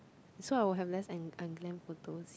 so I will have less un~ unglam photos